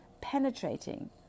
penetrating